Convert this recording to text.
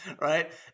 Right